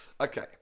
Okay